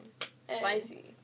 Spicy